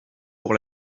pour